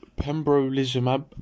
Pembrolizumab